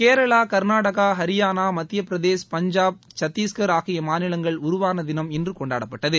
கேரளா கா்நாடகா ஹரியானா மத்திய பிரதேஷ் பஞ்சாப் சத்திஷ்கா் ஆகிய மாநிலங்கள் உருவான தினம் இன்று கொண்டாடப்பட்டது